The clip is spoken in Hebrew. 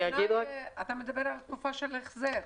אתה מדבר על תקופה של החזר.